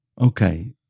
Okay